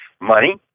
money